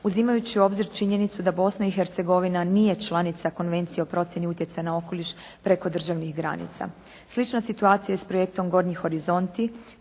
uzimajući u obzir činjenicu da Bosna i Hercegovina nije članica Konvencije o procjeni utjecaja na okoliš preko državnih granica. Slična situacija je i s projektom Gornji horizonti